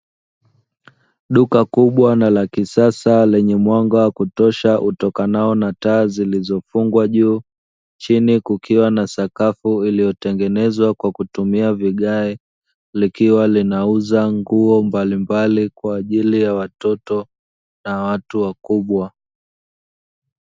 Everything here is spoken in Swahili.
Duka kubwa na la kisasa lenye mwanga wa kutosha, utokanao na taa zilizofungwa juu, chini kukiwa na sakafu iliyotengenezwa kwa kutumia vigae, likiwa linauzwa nguo mbalimbali kwa ajili ya watoto na watu wakubwa.